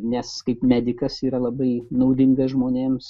nes kaip medikas yra labai naudingas žmonėms